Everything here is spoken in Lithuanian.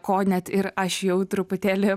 ko net ir aš jau truputėlį